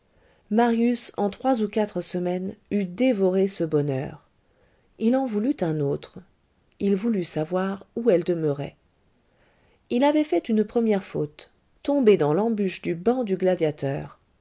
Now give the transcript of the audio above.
marius en trois ou quatre semaines eut dévoré ce bonheur il en voulut un autre il voulut savoir où elle demeurait il avait fait une première faute tomber dans l'embûche du banc du gladiateur